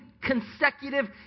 consecutive